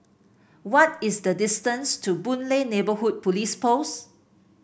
what is the distance to Boon Lay Neighbourhood Police Post